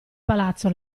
palazzo